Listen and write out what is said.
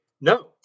no